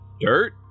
Dirt